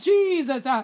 Jesus